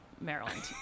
Maryland